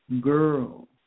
girl